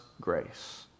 grace